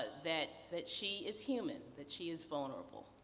that that she is human, that she is vulnerable,